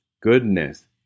goodness